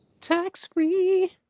Tax-free